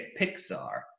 Pixar